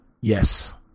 Yes